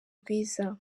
rwiza